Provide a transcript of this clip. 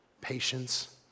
patience